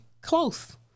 close